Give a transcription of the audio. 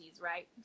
right